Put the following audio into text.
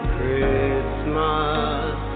Christmas